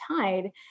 TIDE